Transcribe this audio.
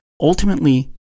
ultimately